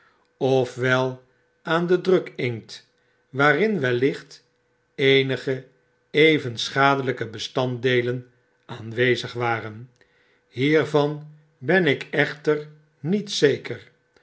tffwelaanden drukinkt waarin wellicht eenige even schadelijke bestanddeelen aanwezigr waren hiervan ben ik echter niet zeker